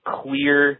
clear